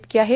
इतकी आहे